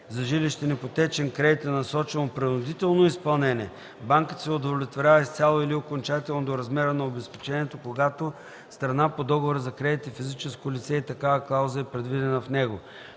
за жилищен ипотечен кредит е насочено принудително изпълнение, банката се удовлетворява изцяло и окончателно до размера на обезпечението, когато страна по договора за кредит е физическо лице и такава клауза е предвидена в него.”